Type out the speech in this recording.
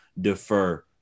defer